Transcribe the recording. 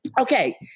okay